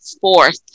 fourth